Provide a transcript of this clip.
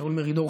שאול מרידור,